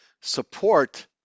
support